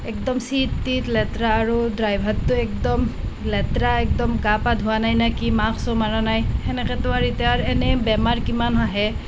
একদম ছিট তিট লেতেৰা আৰু ড্ৰাইভাৰটো একদম লেতেৰা একদম গা পা ধুৱা নাই নে কি মাস্কো মৰা নাই সেনেকৈতো আৰু এতিয়া আৰু এনেই বেমাৰ কিমান আহে